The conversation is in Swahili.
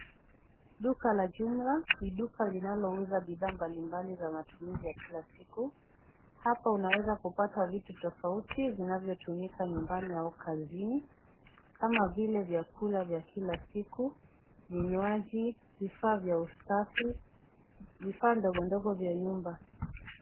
Duka la jumla ni duka linloauza bidhaa mbali mbali za matumizi ya kila siku. Hapa unaweza kupata vitu tofauti vinavyotumika nyumbani au kazini kama vile vyakula vya kila siku, vinywaji, vifaa vya usafi, vifaa ndogo ndogo vya nyumba.